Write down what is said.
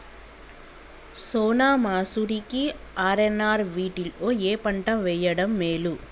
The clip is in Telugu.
సోనా మాషురి కి ఆర్.ఎన్.ఆర్ వీటిలో ఏ పంట వెయ్యడం మేలు?